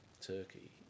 Turkey